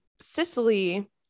Sicily